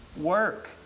work